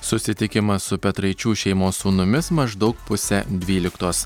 susitikimą su petraičių šeimos sūnumis maždaug pusę dvyliktos